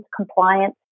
compliance